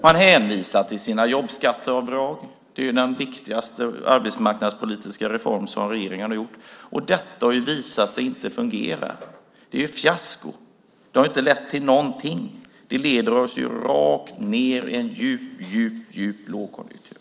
Man hänvisar till sina jobbskatteavdrag - det är den viktigaste arbetsmarknadspolitiska reform som regeringen har gjort. Detta har ju visat sig inte fungera. Det är ett fiasko. Det har inte lett till någonting. Det leder oss rakt ned i en djup lågkonjunktur.